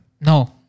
no